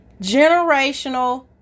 generational